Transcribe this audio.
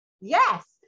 Yes